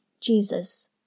Jesus